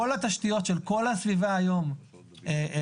כל התשתיות של כל הסביבה היום משודרגות,